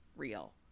real